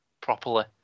properly